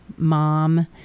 mom